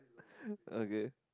okay